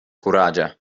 kuraĝa